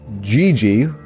Gigi